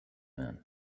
man